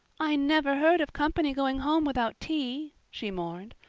i never heard of company going home without tea, she mourned.